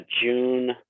June